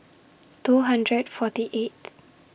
two hundred forty eighth